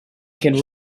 can